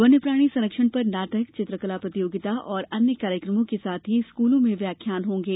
वन्य प्राणी संरक्षण पर नाटक चित्रकला प्रतियोगिता और अन्य कार्यक्रमों के साथ ही स्कूलों में व्याख्यान होंगे